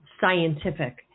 scientific